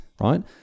right